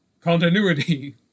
continuity